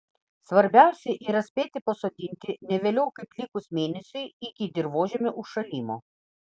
svarbiausia yra spėti pasodinti ne vėliau kaip likus mėnesiui iki dirvožemio užšalimo